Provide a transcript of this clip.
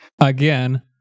again